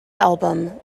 album